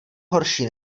horší